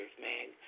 man